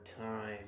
time